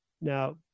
Now